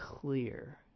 clear